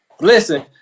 Listen